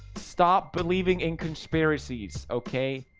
stop believing in conspiracies, okay?